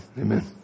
Amen